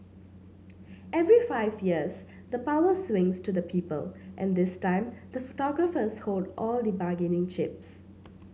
every five years the power swings to the people and this time the photographers hold all the bargaining chips